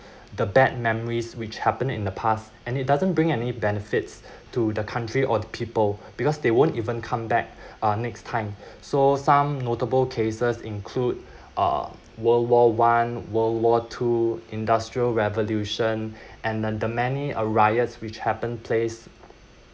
the bad memories which happened in the past and it doesn't bring any benefits to the country or the people because they won't even come back uh next time so some notable cases include uh world war one world war two industrial revolution and the many uh riots which happened place